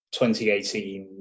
2018